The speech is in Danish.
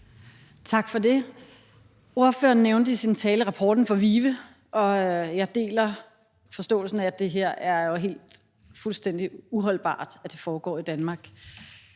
Tak for det. Ordføreren nævnte i sin tale rapporten fra VIVE, og jeg deler forståelsen af, at det jo er fuldstændig uholdbart, at det foregår i Danmark.